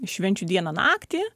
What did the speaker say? švenčių dieną naktį